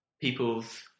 people's